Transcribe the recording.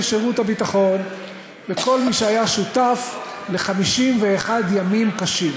שירות הביטחון וכל מי שהיה שותף ל-51 ימים קשים.